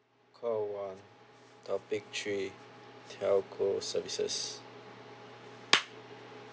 call one topic three telco services